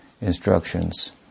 instructions